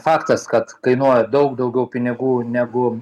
faktas kad kainuoja daug daugiau pinigų negu